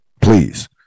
please